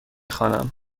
خوانم